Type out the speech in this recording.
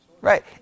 Right